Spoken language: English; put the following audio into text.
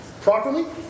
properly